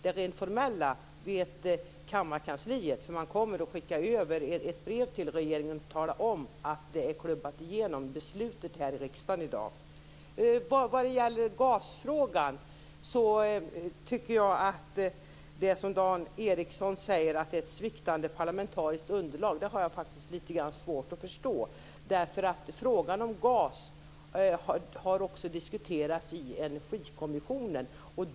Det rent formella vet kammarkansliet. Man kommer att skicka över ett brev till regeringen att beslutet är klubbat i riksdagen i dag. Vad gäller gasfrågan har jag litet svårt att förstå när Dan Ericsson säger att vi har ett sviktande parlamentariskt underlag. Frågan om gas har också diskuterats i energikommissionen.